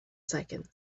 seconds